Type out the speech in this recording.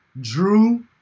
Drew